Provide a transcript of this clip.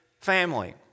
family